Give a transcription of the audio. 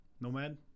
Nomad